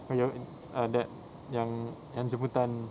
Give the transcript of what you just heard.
ah yours is ah that yang yang jemputan